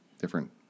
different